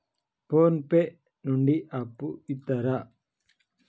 Phone pay నుండి అప్పు ఇత్తరా?